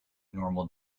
normal